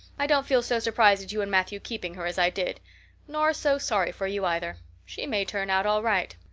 i don't feel so surprised at you and matthew keeping her as i did nor so sorry for you, either. she may turn out all right.